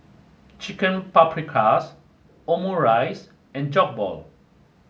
Chicken Paprikas Omurice and Jokbal